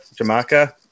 Jamaka